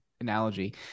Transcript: analogy